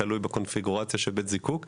תלוי בקונפיגורציה של בית זיקוק.